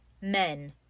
men